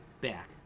back